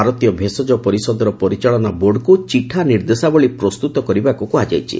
ଭାରତୀୟ ଭେଷଜ ପରିଷଦର ପରିଚାଳନା ବୋର୍ଡକୁ ଚିଠା ନିର୍ଦ୍ଦେଶାବଳୀ ପ୍ରସ୍ତୁତ କରିବାକୁ କୁହାଯାଇଛି